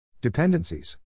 Dependencies